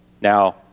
Now